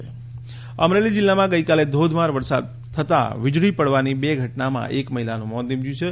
અમરેલી વરસાદ અમરેલી જિલ્લામાં ગઇકાલે ધોધમાર વરસાદ થતા વીજળી પડવાથી બે ઘટનામાં એક મહિલાનું મોત નિપજયું છે